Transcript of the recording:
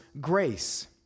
grace